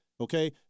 okay